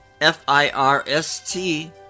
f-i-r-s-t